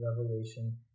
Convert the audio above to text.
Revelation